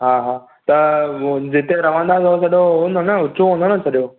हा हा त उहो जिते रहंदा सो हो केॾो हूंदो न ऊचो हूंदो न सॼो